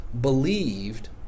believed